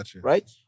right